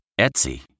Etsy